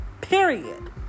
Period